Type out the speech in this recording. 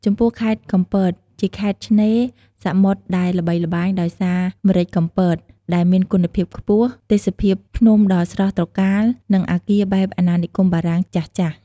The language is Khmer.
ចំពោះខេត្តកំពត ជាខេត្តឆ្នេរសមុទ្រដែលល្បីល្បាញដោយសារម្រេចកំពតដែលមានគុណភាពខ្ពស់ ទេសភាពភ្នំដ៏ស្រស់ត្រកាល និងអគារបែបអាណានិគមបារាំងចាស់ៗ។